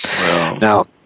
Now